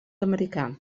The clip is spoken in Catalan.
americà